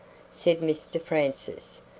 said mr francis,